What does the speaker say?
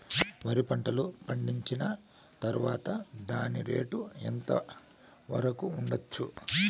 వరి పంటలు పండించిన తర్వాత దాని రేటు ఎంత వరకు ఉండచ్చు